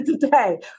today